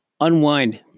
unwind